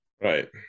Right